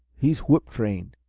he's whip trained.